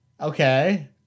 okay